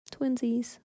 Twinsies